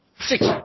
six